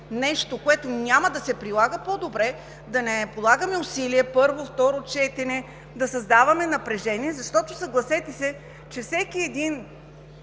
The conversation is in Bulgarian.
нещо, което няма да се прилага, по-добре да не полагаме усилия – първо, второ четене, да създаваме напрежение. Съгласете се, че всеки един